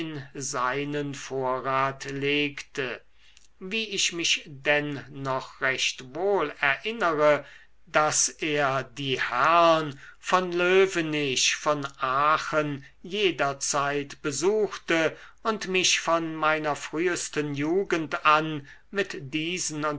seinen vorrat legte wie ich mich denn noch recht wohl erinnere daß er die herrn von loewenich von aachen jederzeit besuchte und mich von meiner frühesten jugend an mit diesen